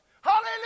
Hallelujah